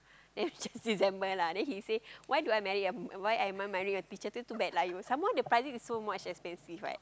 then just December lah then he say why do I marry a why I even marry a teacher say too bad lah some more the pricing is so much expensive right